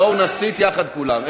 בואו נסית יחד כולם.